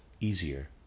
easier